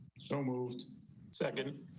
so moved second,